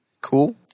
Cool